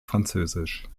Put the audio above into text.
französisch